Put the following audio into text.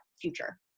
future